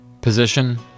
Position